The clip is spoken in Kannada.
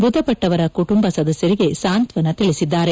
ಮೃತಪಟ್ಟವರ ಕುಟುಂಬ ಸದಸ್ಟರಿಗೆ ಸಾಂತ್ವನ ತಿಳಿಸಿದ್ದಾರೆ